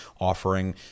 offering